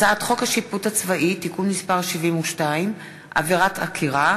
הצעת חוק השיפוט הצבאי (תיקון מס' 72) (עבירת עקירה),